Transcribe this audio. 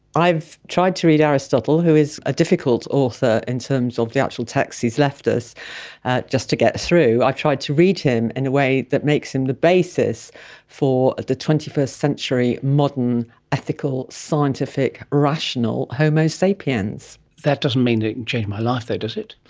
i've tried to read aristotle, who is a difficult author in terms of the actual texts he has left us, and just to get through i've tried to read him in a way that makes him the basis for the twenty first century modern ethical scientific rational homo sapiens. that doesn't mean that it can and change my life though, does it?